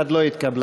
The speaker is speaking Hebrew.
1 לא התקבלה.